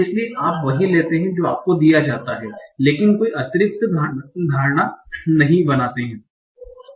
इसलिए आप वही लेते हैं जो आपको दिया जाता है लेकिन कोई अतिरिक्त धारणा नहीं बनाते हैं